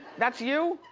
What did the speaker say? that's you?